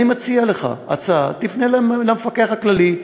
אני מציע לך הצעה: תפנה למפקח הכללי.